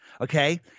Okay